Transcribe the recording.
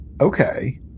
Okay